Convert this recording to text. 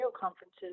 conferences